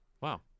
Wow